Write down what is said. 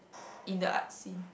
in the art scene